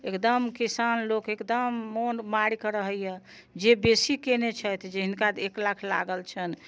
एकदम किसान लोक एकदम मन मारिके रहैयै जे बेसी कयने छथि जिनका एक लाख लागल छनि